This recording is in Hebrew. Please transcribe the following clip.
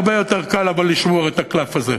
הרבה יותר קל לשמור את הקלף הזה,